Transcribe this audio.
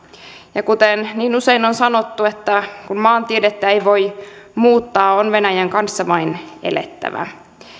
ja kuten niin usein on sanottu niin kun maantiedettä ei voi muuttaa on venäjän kanssa vain elettävä